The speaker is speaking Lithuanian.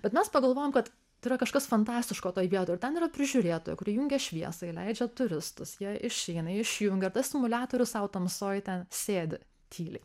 bet mes pagalvojom kad tai yra kažkas fantastiško toj vietoj ten yra prižiūrėtoja kuri įjungia šviesą įleidžia turistus jie išeina iš jungia tas simuliatorius sau tamsoj ten sėdi tyli